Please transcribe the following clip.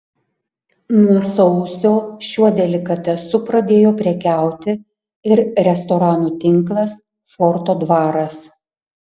nuo sausio šiuo delikatesu pradėjo prekiauti ir restoranų tinklas forto dvaras